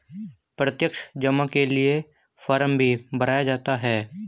प्रत्यक्ष जमा के लिये फ़ार्म भी भराया जाता है